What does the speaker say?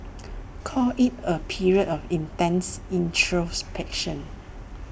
call IT A period of intense introspection